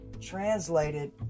translated